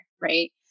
right